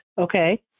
okay